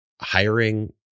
hiring